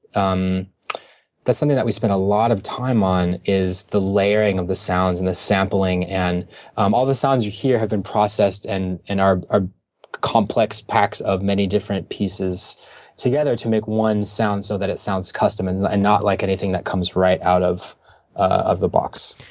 um that's something that we spend a lot of time on is the layering of the sounds and the sampling. and um all the sounds you hear have been processed, and and are are complex packs of many different pieces together to make one sound so that it sounds custom and and not like anything that comes right out of of the box.